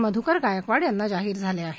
मधुकर गायकवाड यांना जाहीर झाले आहेत